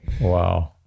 Wow